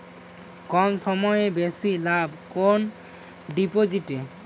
কম সময়ে বেশি লাভ কোন ডিপোজিটে?